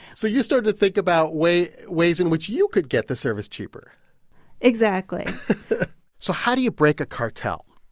so you start to think about ways ways in which you could get the service cheaper exactly so how do you break a cartel?